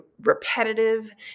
repetitive